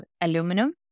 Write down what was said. aluminum